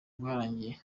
bwarangiye